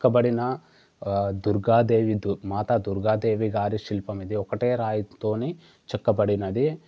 చెక్కబడిన దుర్గాదేవి దు మాత దుర్గాదేవి గారి శిల్పం ఇది ఒకటే రాయితో చెక్కబడినది